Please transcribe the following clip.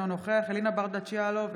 אינו נוכח אלינה ברדץ' יאלוב,